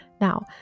Now